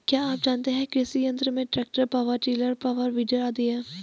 क्या आप जानते है कृषि यंत्र में tractor, power tiller, power weeder आदि है?